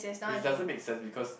which doesn't make sense because